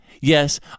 Yes